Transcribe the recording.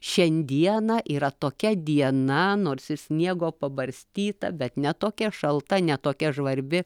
šiandieną yra tokia diena nors ir sniego pabarstyta bet ne tokia šalta ne tokia žvarbi